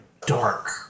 dark